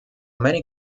many